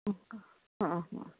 हो का हां हां